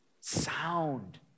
sound